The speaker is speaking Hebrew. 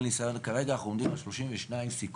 כרגע אנחנו עומדים על 32 סיכולים.